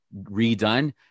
redone